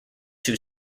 too